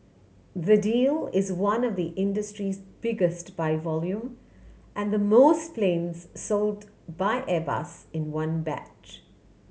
the deal is one of the industry's biggest by volume and the most planes sold by Airbus in one batch